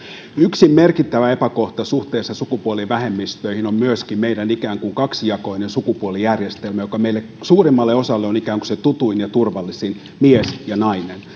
yksi merkittävä epäkohta suhteessa sukupuolivähemmistöihin on myöskin meidän ikään kuin kaksijakoinen sukupuolijärjestelmämme joka meistä suurimmalle osalle on ikään kuin se tutuin ja turvallisin mies ja nainen